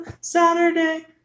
Saturday